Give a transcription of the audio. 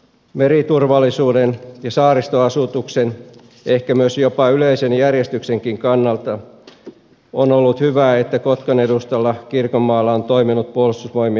meriturvallisuuden ja saaristoasutuksen ehkä myös jopa yleisen järjestyksenkin kannalta on ollut hyvä että kotkan edustalla kirkonmaalla on toiminut puolustusvoimien yksikkö